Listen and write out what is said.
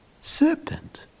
serpent